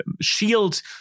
shield